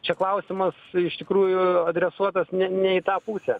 čia klausimas iš tikrųjų adresuotas ne ne į tą pusę